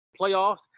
playoffs